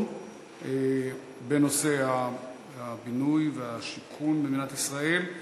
בנושא הבינוי והשיכון במדינת ישראל,